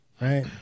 right